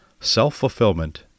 self-fulfillment